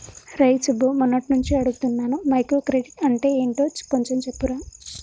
రేయ్ సుబ్బు, మొన్నట్నుంచి అడుగుతున్నాను మైక్రో క్రెడిట్ అంటే యెంటో కొంచెం చెప్పురా